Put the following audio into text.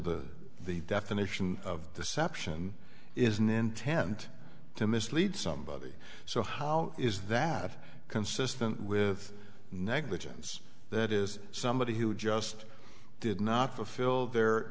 the the definition of deception is an intent to mislead somebody so how is that consistent with negligence that is somebody who just did not fulfill the